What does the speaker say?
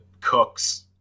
Cooks